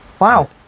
Wow